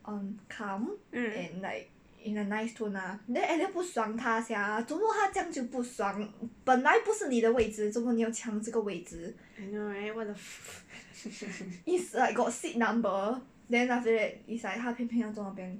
mm I know right what the fu~